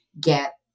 get